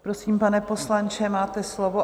Prosím, pane poslanče, máte slovo.